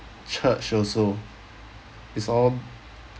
church also is all